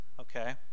Okay